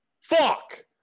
Fuck